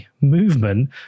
movement